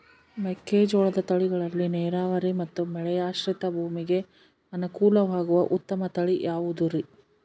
ಮೆಕ್ಕೆಜೋಳದ ತಳಿಗಳಲ್ಲಿ ನೇರಾವರಿ ಮತ್ತು ಮಳೆಯಾಶ್ರಿತ ಭೂಮಿಗೆ ಅನುಕೂಲವಾಗುವ ಉತ್ತಮ ತಳಿ ಯಾವುದುರಿ?